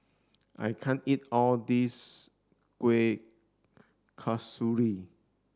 I can't eat all this Kueh Kasturi